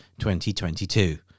2022